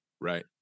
Right